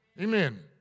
Amen